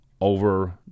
over